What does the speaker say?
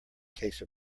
case